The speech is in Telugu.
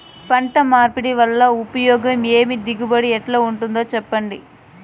పంట మార్పిడి వల్ల ఉపయోగం ఏమి దిగుబడి ఎట్లా ఉంటుందో చెప్పండి?